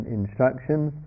instructions